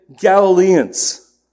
Galileans